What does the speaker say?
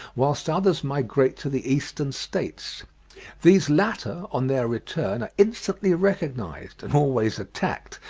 whilst others migrate to the eastern states these latter, on their return, are instantly recognised, and always attacked,